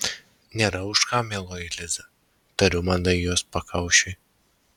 nėra už ką mieloji liza tariu mandagiai jos pakaušiui